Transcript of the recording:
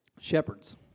Shepherds